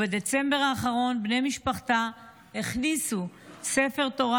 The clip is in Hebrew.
בדצמבר האחרון בני משפחתה הכניסו ספר תורה